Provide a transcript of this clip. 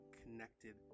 connected